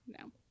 No